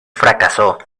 fracasó